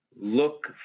look